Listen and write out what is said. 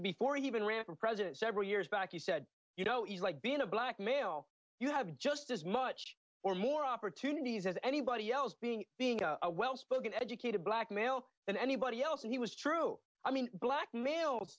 before even ran for president several years back he said you you know being a black male you have just as much or more opportunities as anybody else being being a well spoken educated black male than anybody else and he was true i mean black males